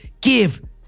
Give